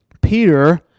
Peter